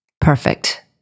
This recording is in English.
Perfect